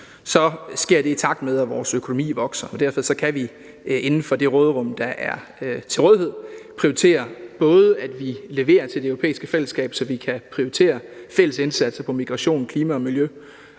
så sker det, i takt med at vores økonomi vokser, og derfor kan vi inden for det råderum, der er til rådighed, prioritere, at vi leverer til Det Europæiske Fællesskab, så vi kan prioritere fælles indsatser på migration, klima og miljø,